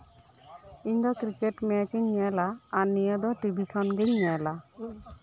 ᱤᱧ ᱫᱚ cricket match ᱤᱧ ᱧᱮᱞᱟ ᱟᱨ ᱱᱚᱶᱟᱹ ᱫᱚ ᱴᱷᱤᱵᱷᱤ ᱠᱷᱚᱱ ᱜᱤᱧ ᱧᱮᱞᱟ